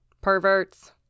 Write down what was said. Perverts